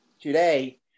Today